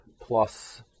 plus